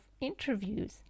interviews